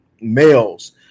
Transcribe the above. males